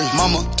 mama